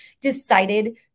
decided